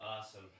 Awesome